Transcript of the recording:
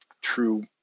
true